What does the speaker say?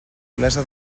olesa